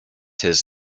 his